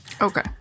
Okay